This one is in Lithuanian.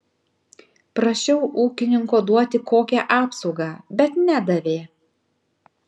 prašiau ūkininko duoti kokią apsaugą bet nedavė